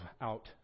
out